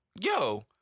yo